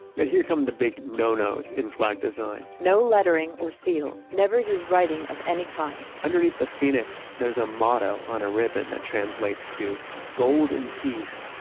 but here come the big no-nos in flag design no lettering or seals. never use writing of any kind underneath the phoenix, there's a motto on a ribbon that translates to gold in peace,